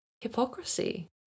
hypocrisy